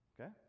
Okay